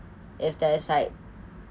if there is like